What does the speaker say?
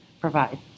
provide